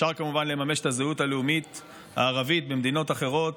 אפשר כמובן לממש את הזהות הלאומית הערבית במדינות אחרות,